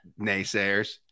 naysayers